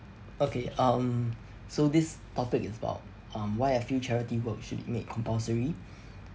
okay um so this topic is about um why I feel charity work should be made compulsory